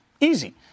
easy